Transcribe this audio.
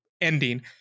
ending